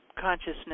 consciousness